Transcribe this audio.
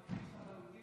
אדוני מכחיש לחלוטין,